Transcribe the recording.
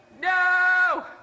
No